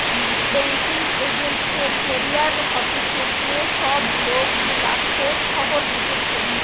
banking agent এর career হতিছে যে সব লোক গুলা খোঁজ খবর দিতেছে